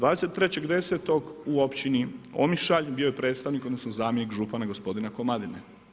23.10. u općini Omišalj bio je predstavnik odnosno zamjenik župana gospodina Komadine.